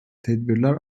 tedbirler